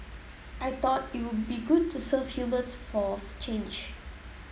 I thought it would be good to serve humans for a change